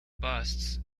busts